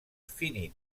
finit